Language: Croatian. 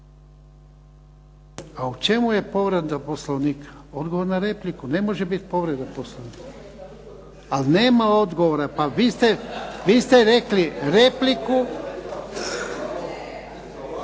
A u čemu je povreda Poslovnika? Odgovor na repliku, ne može biti povreda Poslovnika. .../Upadica se ne čuje./... Ali nema odgovora. Pa vi ste rekli repliku.